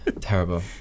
Terrible